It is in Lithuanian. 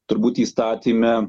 turbūt įstatyme